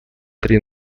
три